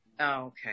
okay